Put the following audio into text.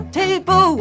table